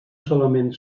solament